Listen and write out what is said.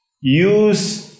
use